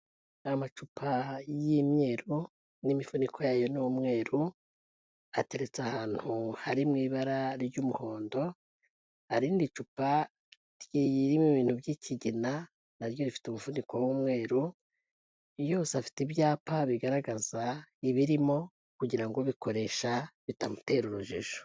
Amacupa y'imyeru n'imifuniko yayo ni umweruru ateretse ahantu hari mu ibara ry'umuhondo, hari irindi cupa ririmo ibintu by'ikigina naryo rifite umufuniko w'umweru, yose afite ibyapa bigaragaza ibirimo kugira ngo ubikoresha bitamutera urujijo.